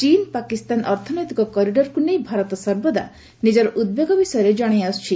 ଚୀନ ପାକିସ୍ତାନ ଅର୍ଥନୈତିକ କରିଡ଼ରକୁ ନେଇ ଭାରତ ସର୍ବଦା ନିକର ଉଦ୍ବେଗ ବିଷୟରେ ଜଣାଇଆସୁଛି